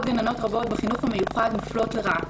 גננות רבות בחינוך המיוחד מופלות לרעה.